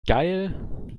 geil